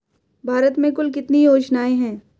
भारत में कुल कितनी योजनाएं हैं?